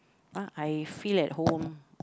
but I feel at home